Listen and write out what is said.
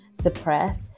suppress